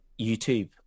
YouTube